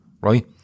right